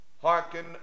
Hearken